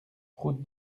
route